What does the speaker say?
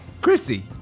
Chrissy